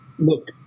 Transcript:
Look